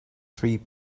three